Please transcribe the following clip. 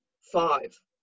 five